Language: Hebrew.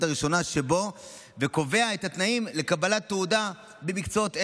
הראשונה שבו וקובע את התנאים לקבלת תעודה במקצועות אלה.